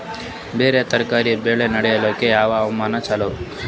ಬೇರ ತರಕಾರಿ ಬೆಳೆ ನಡಿಲಿಕ ಯಾವ ಹವಾಮಾನ ಚಲೋ?